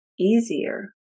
easier